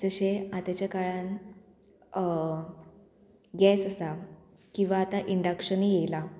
जशें आतांच्या काळान गॅस आसा किंवां आतां इंडक्शनूय येयला